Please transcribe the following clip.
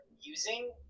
using